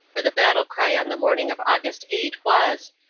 for the battle-cryan the morning of aug. eight was,